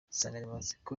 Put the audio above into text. insanganyamatsiko